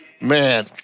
Man